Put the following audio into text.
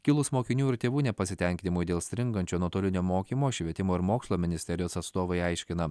kilus mokinių ir tėvų nepasitenkinimui dėl stringančio nuotolinio mokymo švietimo ir mokslo ministerijos atstovai aiškina